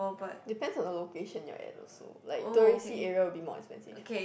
depends on the location you're at also like touristy area will be more expensive